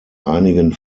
einigen